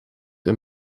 een